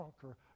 conquer